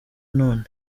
none